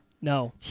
No